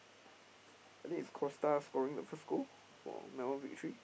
think Kosta scoring the first goal for Melbourne-Victory